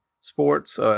sports